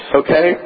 okay